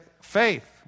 faith